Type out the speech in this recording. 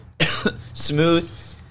Smooth